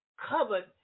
covered